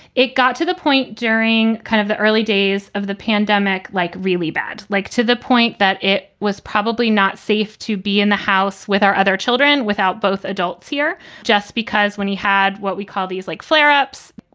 it got to the point during kind of the early days of the pandemic, like really bad, like to the point that it was probably not safe to be in the house with our other children, without both adults here, just because when he had what we call these like flare ups,